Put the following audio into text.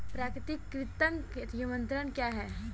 प्राकृतिक कृंतक नियंत्रण क्या है?